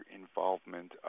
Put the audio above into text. involvement